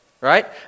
Right